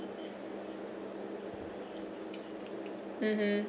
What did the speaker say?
mmhmm